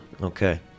Okay